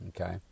Okay